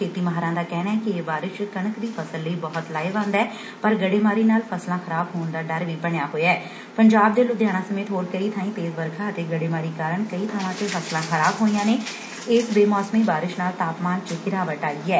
ਖੇਤੀ ਮਾਹਿਰਾਂ ਦਾ ਕਹਿਣੈ ਕਿ ਇਹ ਬਾਰਿਸ਼ ਕਣਕ ਦੀ ਫਸਲ ਲਈ ਬਹੁਤ ਲਾਹੇਵੰਦ ਐ ਪਰ ਗੜ੍ਹੇਮਾਰੀ ਨਾਲ ਫਸਲਾਂ ਖਰਾਬ ਹੋਣ ਦਾ ਡਰ ਵੀ ਬਣਿਆ ਹੋਇਐ ਪੰਜਾਬ ਦੇ ਲੁਧਿਆਣਾ ਸਮੇਤ ਹੋਰ ਕਈ ਬਾਈ ਤੇਜ਼ ਵਰਖਾ ਅਤੇ ਗੜੇਮਾਰੀ ਕਾਰਨ ਕਈ ਬਾਵਾਂ ਤੇ ਫਸਲਾਂ ਖ਼ਰਾਬ ਹੋਈਆ ਨੇ ਇਸ ਬੇਮੌਸਮੀ ਬਾਰਿਸ਼ ਨਾਲ ਤਾਪਮਾਨ ਚ ਗਿਰਾਵਟ ਆਈ ਐ